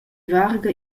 varga